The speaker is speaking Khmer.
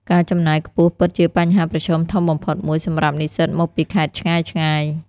ការចំណាយខ្ពស់ពិតជាបញ្ហាប្រឈមធំបំផុតមួយសម្រាប់និស្សិតមកពីខេត្តឆ្ងាយៗ។